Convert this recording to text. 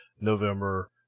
November